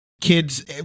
kids